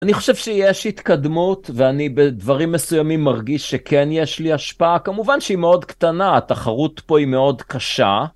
אני חושב שיש התקדמות ואני בדברים מסוימים מרגיש שכן יש לי השפעה כמובן שהיא מאוד קטנה התחרות פה היא מאוד קשה.